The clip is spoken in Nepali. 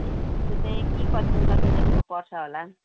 त्यसको चाहिँ के कति कति जस्तो पर्छ होला